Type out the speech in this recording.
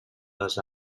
les